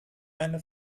eine